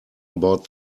about